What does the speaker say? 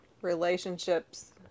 relationships